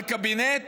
אבל קבינט,